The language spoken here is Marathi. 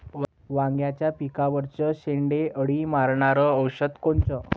वांग्याच्या पिकावरचं शेंडे अळी मारनारं औषध कोनचं?